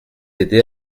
aider